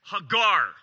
Hagar